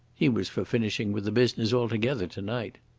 he was for finishing with the business altogether to-night.